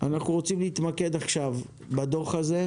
אנחנו רוצים להתמקד עכשיו בדוח הזה,